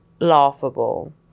laughable